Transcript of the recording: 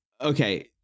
okay